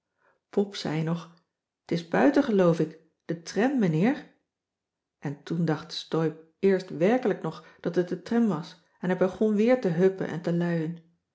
pop zei nog t is buiten geloof ik de tram meneer en toen dacht steub eerst werkelijk nog dat het de tram was en hij begon weer te huppen en te luien